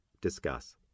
Discuss